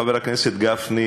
חבר הכנסת גפני,